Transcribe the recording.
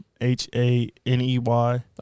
H-A-N-E-Y